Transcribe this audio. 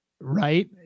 right